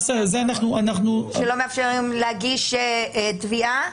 שלא מאפשרים להגיש תביעה